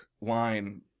line